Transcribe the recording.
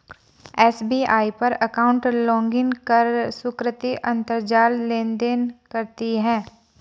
SBI पर account login कर सुकृति अंतरजाल लेनदेन करती है